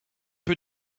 peu